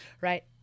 right